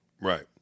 Right